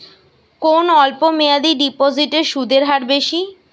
কোন অল্প মেয়াদি ডিপোজিটের সুদের হার বেশি?